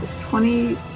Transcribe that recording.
Twenty